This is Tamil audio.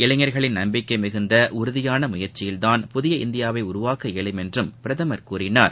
இளைஞர்களின் நம்பிக்கை மிகுந்த உறுதியான முயற்சியால்தான் புதிய இந்தியாவை உருவாக்க இயலும் என்றும் பிரதமர் கூறினார்